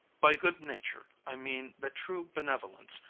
by good nature, i mean that true benevolence,